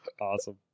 awesome